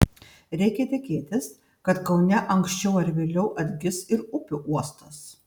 reikia tikėtis kad kaune anksčiau ar vėliau atgis ir upių uostas